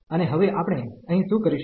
અને હવે આપણે અહીં શું કરીશું